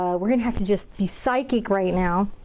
we're gonna have to just be psychic right now.